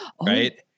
right